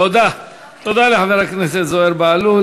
תודה לחבר הכנסת זוהיר בהלול.